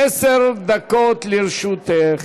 עשר דקות לרשותך.